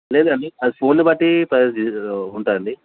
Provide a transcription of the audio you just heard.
లేదు లేదండి అది ఫోన్ని బట్టి ప్రైస్ ఉంటుంది అండి